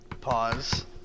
Pause